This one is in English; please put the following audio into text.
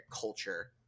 culture